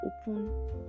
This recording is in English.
open